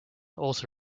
also